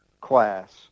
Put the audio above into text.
class